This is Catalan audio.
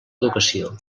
educació